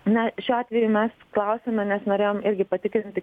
na šiuo atveju mes klausėme nes norėjom irgi patikrinti